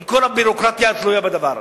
עם כל הביורוקרטיה התלויה בדבר,